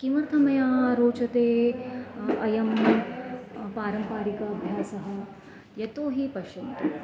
किमर्थं मह्यं रोचते अयं पारम्पारिकः अभ्यासः यतो हि पश्यन्तु